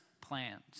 plans